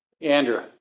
Andrew